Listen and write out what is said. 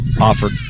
Offered